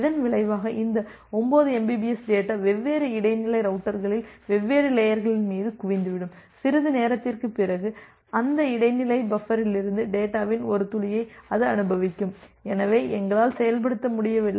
இதன் விளைவாக இந்த 9 mbps டேட்டா வெவ்வேறு இடைநிலை ரௌட்டர்களில் வெவ்வேறு லேயர்களின் மீது குவிந்துவிடும் சிறிது நேரத்திற்குப் பிறகு அந்த இடைநிலை பஃபரிலிருந்து டேட்டாவின் ஒரு துளியை அது அனுபவிக்கும் எனவே எங்களால் செயல்படுத்த முடியவில்லை